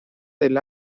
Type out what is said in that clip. del